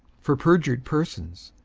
for perjured persons,